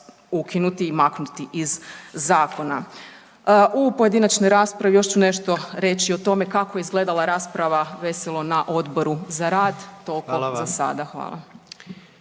ukinuti i maknuti iz zakona. U pojedinačnoj raspravi još ću nešto reći o tome kako je izgledala rasprava veselo na Odboru za rad, tolko za